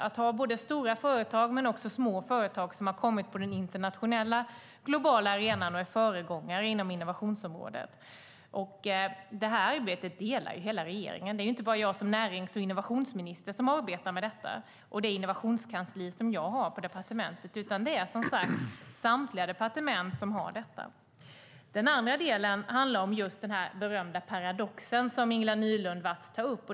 Vi har både stora och små företag som har kommit ut på den internationella globala arenan och är föregångare inom innovationsområdet. Det arbetet delar hela regeringen. Det är inte bara jag som närings och innovationsminister och det innovationskansli som jag har på departementet som arbetar med detta, utan det är som sagt samtliga departement. Den andra delen handlar om den berömda paradox som Ingela Nylund Watz tar upp.